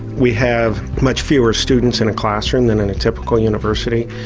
we have much fewer students in a classroom than any typical university.